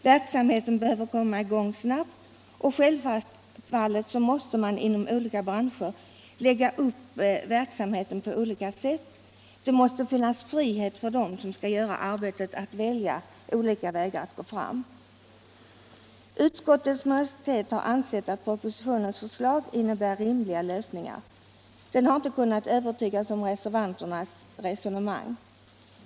Verksamheten behöver komma i gång snabbt, och självfallet måste man inom olika branscher lägga upp verksamheten på olika sätt. Det måste då finnas frihet för dem som skall göra arbetet att välja mellan olika vägar. Utskottets majoritet har ansett att propositionens förslag innebär rimliga lösningar. Den har inte kunnat övertygas om att reservanternas resonemang är riktigt.